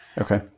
Okay